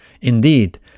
indeed